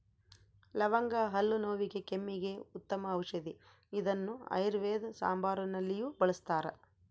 ಲವಂಗ ಹಲ್ಲು ನೋವಿಗೆ ಕೆಮ್ಮಿಗೆ ಉತ್ತಮ ಔಷದಿ ಇದನ್ನು ಆಯುರ್ವೇದ ಸಾಂಬಾರುನಲ್ಲಿಯೂ ಬಳಸ್ತಾರ